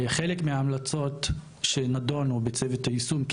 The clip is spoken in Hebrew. חלק מההמלצות שנדונו בצוות היישום,